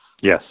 Yes